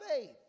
faith